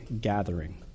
gathering